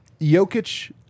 Jokic